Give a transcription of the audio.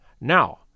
Now